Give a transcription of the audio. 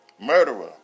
murderer